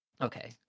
Okay